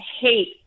hate